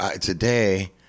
today